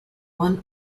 one